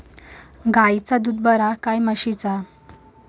गायचा दूध बरा काय म्हशीचा?